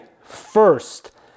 First